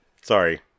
Sorry